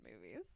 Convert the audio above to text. movies